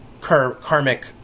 karmic